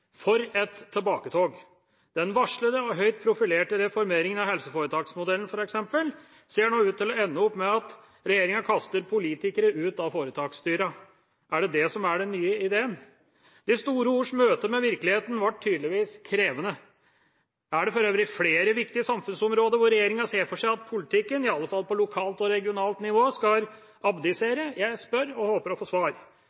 For et tilbaketog! Den varslede og høyt profilerte reformeringen av helseforetaksmodellen, f.eks., ser nå ut til å ende med at regjeringa kaster politikere ut av foretaksstyrene. Er det dette som er den nye ideen? De store ords møte med virkeligheten var tydeligvis krevende. Er det for øvrig flere viktige samfunnsområder hvor regjeringa ser for seg at politikken, i alle fall på lokalt og regionalt nivå, skal